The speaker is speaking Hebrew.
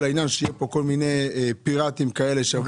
על כך שיהיו כאן פיראטים שיזייפו.